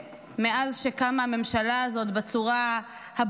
מאז שקמה הממשלה הזאת למדנו את זה בצורה הברורה